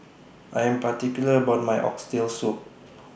I Am particular about My Oxtail Soup